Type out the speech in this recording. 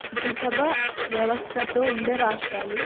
ద్విసభ వ్యవస్థతో ఉండే రాష్ట్రాలు